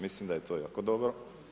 Mislim da je to jako dobro.